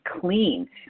clean